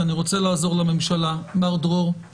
אני רוצה לעזור לממשלה להעביר את החקוק